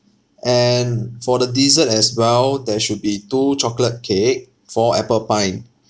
and for the dessert as well there should be two chocolate cake four apple pie